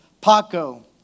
Paco